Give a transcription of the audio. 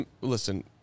Listen